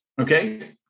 Okay